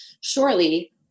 surely